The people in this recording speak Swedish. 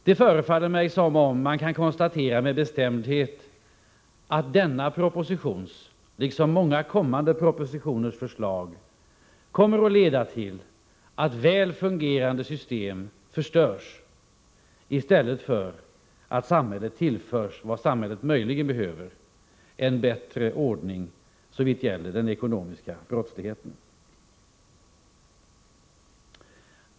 Det förefaller mig som om man med bestämdhet kan konstatera att denna propositions, liksom många kommande propositioners, förslag kommer att leda till att väl fungerande system förstörs i stället för att samhället tillförs vad samhället möjligen behöver — en bättre ordning såvitt gäller den ekonomiska brottsligheten.